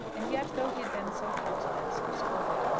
and yet though he had been so counselled and so scolded,